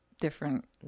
different